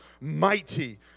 mighty